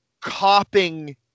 copying